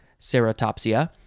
Ceratopsia